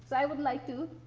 so i would like to.